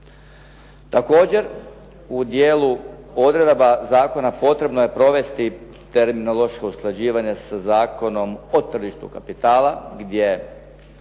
Također, u dijelu odredaba zakona potrebno je provesti terminološko usklađivanje sa Zakonom o tržištu kapitala gdje